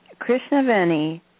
Krishnaveni